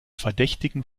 verdächtigen